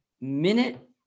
minute